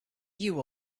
you